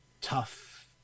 tough